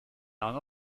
none